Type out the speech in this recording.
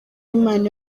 imana